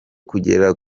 kuzagera